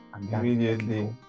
Immediately